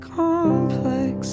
complex